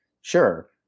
sure